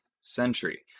century